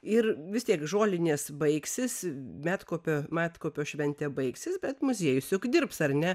ir vis tiek žolinės baigsis medkopio medkopio šventė baigsis bet muziejus dirbs ar ne